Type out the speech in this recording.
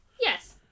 Yes